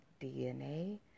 DNA